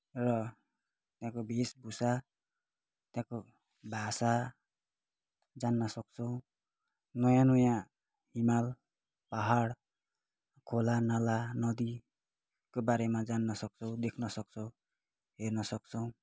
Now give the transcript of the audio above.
र त्यहाँको वेशभूषा त्यहाँको भाषा जान्नसक्छौँ नयाँ नयाँ हिमाल पाहाड खोलानाला नदीको बारेमा जान्नसक्छौँ देख्नसक्छौँ हेर्नसक्छौँ